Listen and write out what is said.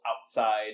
outside